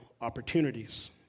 opportunities